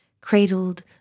cradled